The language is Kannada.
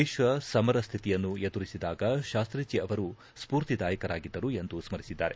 ದೇಶ ಸಮರ ಸ್ವಿತಿಯನ್ನು ಎದುರಿಸಿದಾಗ ಶಾಸ್ತೀಜಿ ಅವರು ಸ್ಫೂರ್ತಿದಾಯಕರಾಗಿದ್ದರು ಎಂದು ಸ್ಥರಿಸಿದ್ದಾರೆ